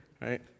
Right